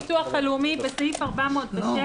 הלאומי, בסעיף 406,